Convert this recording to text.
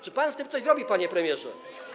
Czy pan z tym coś zrobi, panie premierze?